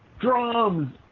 drums